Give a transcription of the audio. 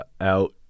out